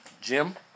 Jim